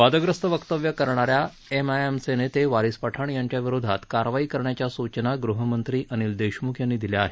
वादग्रस्त वक्तव्य करणा या एमआयएनचे नेते वारिस पठाण यांच्या विरोधात कारवाई करण्याच्या सूचना गृहमंत्री अनिल देशमुख यांनी दिल्या आहेत